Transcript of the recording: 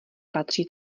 patří